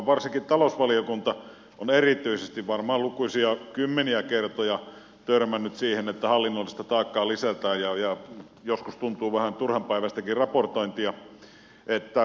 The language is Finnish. varsinkin talousvaliokunta on erityisesti varmaan lukuisia kymmeniä kertoja törmännyt siihen että hallinnollista taakkaa lisätään ja joskus tuntuu että on vähän turhanpäiväistäkin raportointia